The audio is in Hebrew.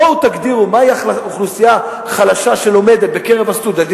בואו תגדירו מהי האוכלוסייה החלשה שלומדת בקרב הסטודנטים,